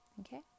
okay